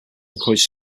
encouraged